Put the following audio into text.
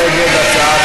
מי נגד הצעת